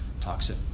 toxic